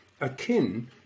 akin